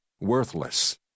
worthless